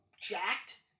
jacked